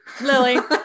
Lily